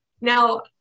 Now